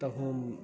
तऽ हम